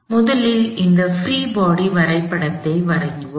எனவே முதலில் இந்த பிரீ பாடி வரைபடத்தை வரைவோம்